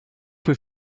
für